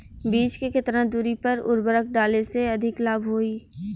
बीज के केतना दूरी पर उर्वरक डाले से अधिक लाभ होई?